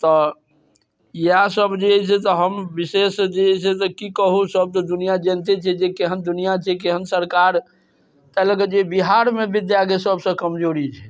तऽ यएह सब जे अइसँ हम विशेष जे अइसँ की कहू सब तऽ दुनिआँ जनिते छै जे केहन दुनिआँ छै केहन सरकार तै लऽके जे बिहार विद्याके सबसँ कमजोरी छै